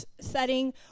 setting